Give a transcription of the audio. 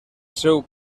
seu